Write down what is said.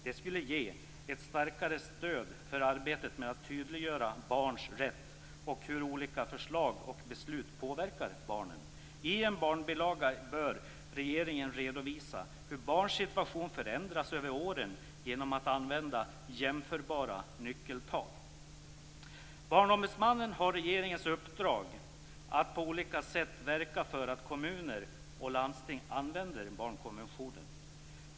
Det skulle ge ett starkare stöd för arbetet med att tydliggöra barns rätt och hur olika förslag och beslut påverkar barnen. I en barnbilaga bör regeringen genom att använda jämförbara nyckeltal redovisa hur barns situation förändras över åren. Barnombudsmannen har regeringens uppdrag att på olika sätt verka för att kommuner och landsting tillämpar barnkonventionen.